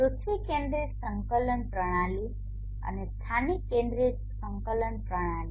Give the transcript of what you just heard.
પૃથ્વી કેન્દ્રિત સંકલન પ્રણાલી અને સ્થાનિક કેન્દ્રિત સંકલન પ્રણાલી